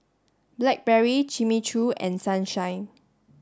Blackberry Jimmy Choo and Sunshine